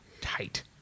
tight